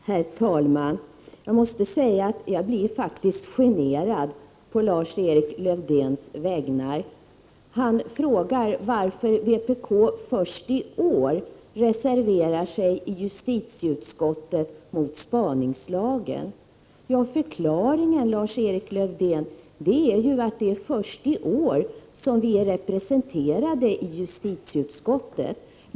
Herr talman! Jag måste säga att jag blir generad på Lars-Erik Lövdéns vägnar. Han frågade varför vpk först i år reserverat sig i justitieutskottet mot spaningslagen. Förklaringen, Lars-Erik Lövdén, är att det är först i år vi är representerade i justitieutskottet.